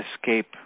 escape